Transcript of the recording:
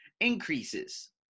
increases